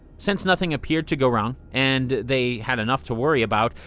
since nothing appeared to go wrong, and they had enough to worry about,